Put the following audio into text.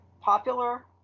popular